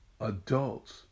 adults